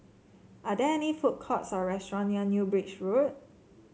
are there any food courts or restaurant near New Bridge Road